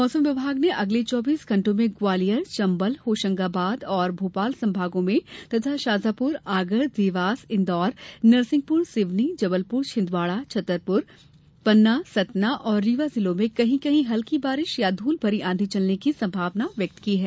मौसम विभाग ने अगले चौबीस घण्टों में ग्वालियर चंबल होशंगाबाद और भोपाल संभागों में तथा शाजापुर आगर देवास इंदौर नरसिंहपुर सिवनी जबलपुरछिंदवाड़ा छतरपुर पन्ना सतना और रीवा जिलों में कहीं कहीं हल्की बारिश या धूल भरी आधी चलने की संभावना व्यक्त की है